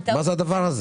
מה זה הדבר הזה?